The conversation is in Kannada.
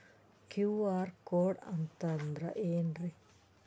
ಕ್ಯೂ.ಆರ್ ಕೋಡ್ ಅಂತಂದ್ರ ಏನ್ರೀ?